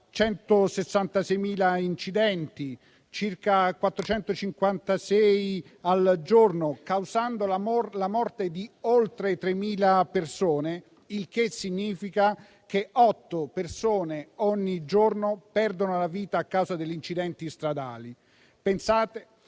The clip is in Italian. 166.000 incidenti, approssimativamente 456 al giorno, causando la morte di oltre 3.000 persone. Ciò significa che otto persone ogni giorno perdono la vita a causa degli incidenti stradali.